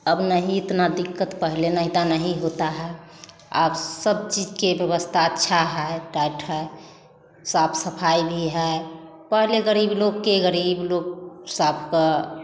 अब नहीं इतना दिक्कत पहले नहीं था नहीं होता है अब सब चीज की व्यवस्था अच्छी है टाइट है साफ़ सफाई भी है पहले गरीब लोग के गरीब लोग सबका